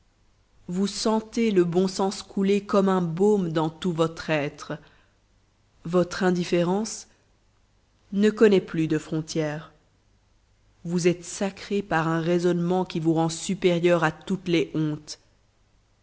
vous sentez le bon sens couler comme un baume dans tout votre être votre indifférence ne connaît plus de frontières vous êtes sacré par un raisonnement qui vous rend supérieur à toutes les hontes